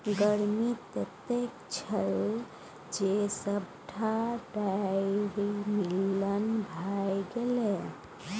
गर्मी ततेक छल जे सभटा डारि मलिन भए गेलै